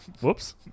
whoops